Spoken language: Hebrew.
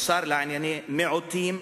או שר לענייני מיעוטים,